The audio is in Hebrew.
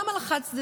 גם על החד-צדדיות